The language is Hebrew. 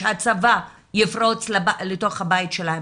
שהצבא יפרוץ לתוך הבית שלהם.